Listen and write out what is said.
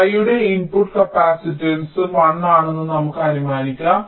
y യുടെ input കപ്പാസിറ്റൻസും 1 ആണെന്ന് നമുക്ക് അനുമാനിക്കാം